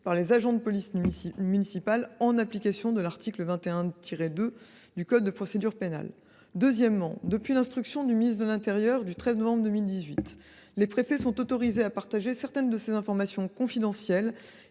par les agents de police municipale, en application de l’article 21 2 du code de procédure pénale. Par ailleurs, depuis la circulaire du ministre de l’intérieur du 13 novembre 2018, les préfets sont autorisés à partager certaines de ces informations confidentielles